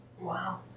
Wow